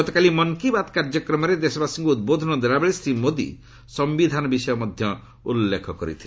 ଗତକାଲି ମନ୍ କୀ ବାତ୍ କାର୍ଯ୍ୟକ୍ରମରେ ଦେଶବାସୀଙ୍କୁ ଉଦ୍ବୋଧନ ଦେଲାବେଳେ ଶ୍ରୀ ମୋଦି ସମ୍ଭିଧାନ ବିଷୟ ଉଲ୍ଲେଖ କରିଥିଲେ